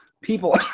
People